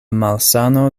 malsano